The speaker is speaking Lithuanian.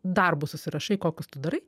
darbus susirašai kokius tu darai